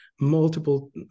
multiple